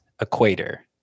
equator